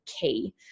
key